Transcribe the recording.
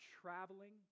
traveling